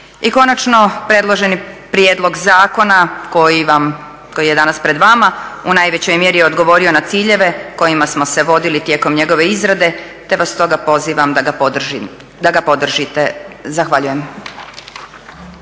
I konačno, predloženi prijedlog zakona koji je danas pred vama u najvećoj je mjeri odgovorio na ciljeve kojima smo se vodili tijekom njegove izrade, te vas stoga pozivam da ga podržite. Zahvaljujem.